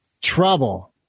trouble